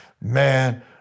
man